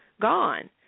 gone